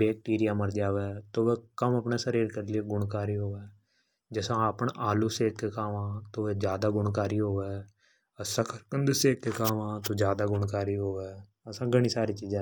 बेकटीरीया मर जावे तो वे अपना शरीर कानने कम गुण कारी होवे। जसा अपण आलू अर सकर्कंद सेक के खावा तो ज्यादा गुण कारी होवे।